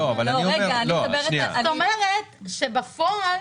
זאת אומרת שבפועל